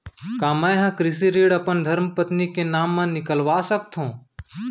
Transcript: का मैं ह कृषि ऋण अपन धर्मपत्नी के नाम मा निकलवा सकथो?